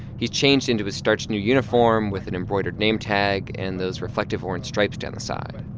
he's changed into his starched new uniform with an embroidered nametag and those reflective orange stripes down the side.